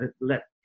let